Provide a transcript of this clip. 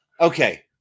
Okay